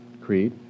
Creed